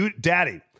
Daddy